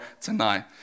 tonight